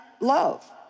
love